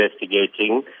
investigating